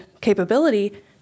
capability